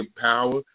power